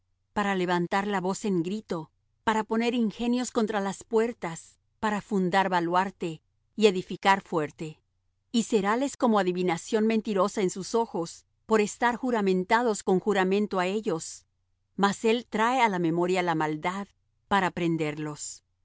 para levantar la voz en grito para poner ingenios contra las puertas para fundar baluarte y edificar fuerte y seráles como adivinación mentirosa en sus ojos por estar juramentados con juramento á ellos mas él trae á la memoria la maldad para prenderlos